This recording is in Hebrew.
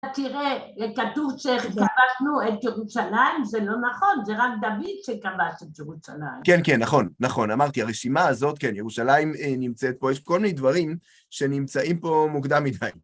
תראה, כתוב שכבשנו את ירושלים, זה לא נכון, זה רק דוד שכבש את ירושלים. כן, כן, נכון, נכון, אמרתי, הרשימה הזאת, כן, ירושלים נמצאת פה, יש כל מיני דברים שנמצאים פה מוקדם מדי.